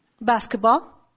basketball